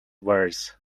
verse